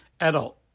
adult